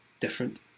different